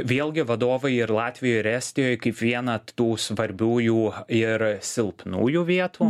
vėlgi vadovai ir latvijoj ir estijoj kaip vieną tų svarbiųjų ir silpnųjų vietų